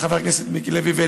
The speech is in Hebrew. חבר הכנסת מיקי לוי,